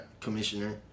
Commissioner